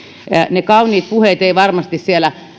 ne kauniit puheet eivät varmasti siellä